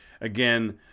Again